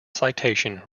citation